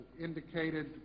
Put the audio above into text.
indicated